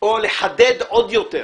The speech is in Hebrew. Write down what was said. או לחדד עוד יותר.